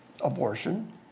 abortion